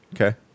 Okay